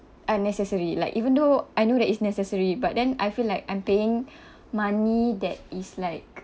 unnecessary like even though I know that is necessary but then I feel like I'm paying money that is like